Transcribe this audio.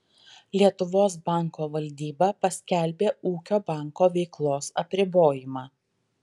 lietuvos banko valdyba paskelbė ūkio banko veiklos apribojimą